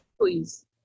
please